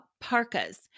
parkas